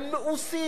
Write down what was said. הם מאוסים.